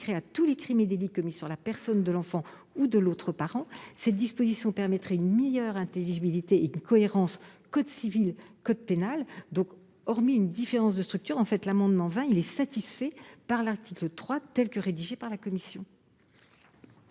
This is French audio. à tous les crimes et délits commis sur la personne de l'enfant ou de l'autre parent. Cette disposition offre une meilleure intelligibilité et favorise la cohérence entre code civil et code pénal. Hormis cette différence de structure, l'amendement n° 20 est satisfait par l'article 3 tel que rédigé par la commission.